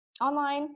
online